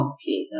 Okay